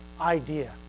idea